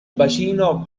bacino